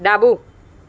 ડાબું